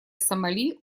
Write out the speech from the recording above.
сомали